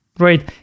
Right